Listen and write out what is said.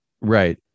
right